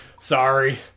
sorry